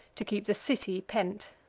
to keep the city pent.